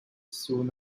soon